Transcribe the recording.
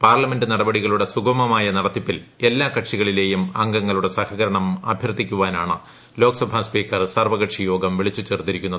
parliament നടപടികളുടെ സുഗമമായ നടത്തിപ്പിൽ എല്ലാ കക്ഷികളിലേയും അംഗങ്ങളുടെ സഹകരണം അഭ്യർത്ഥിക്കുവാനാണ് ലോക്സഭാ സ്പീക്കർ സർവ്വകക്ഷിയോഗം വിളിച്ചു ചേർത്തിരിക്കുന്നത്